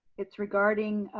it's regarding,